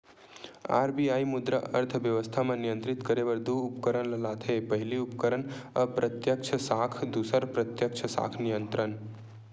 RBI मुद्रा अर्थबेवस्था म नियंत्रित करे बर दू उपकरन ल लाथे पहिली उपकरन अप्रत्यक्छ साख दूसर प्रत्यक्छ साख नियंत्रन